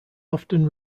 often